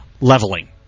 leveling